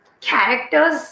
characters